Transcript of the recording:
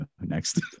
Next